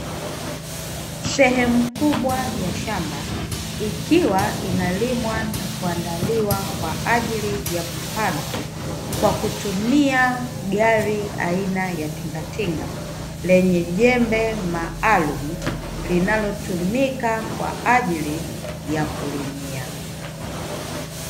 Sehemu kubwa ya shamba ikiwa inalimwa na kuandaliwa kwa ajili ya kupandwa, kwa kutumia gari aina ya tingatinga lenye jembe maalumu linalotumika kwa ajili ya kulimia.